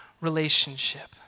relationship